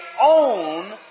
own